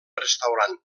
restaurant